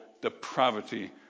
depravity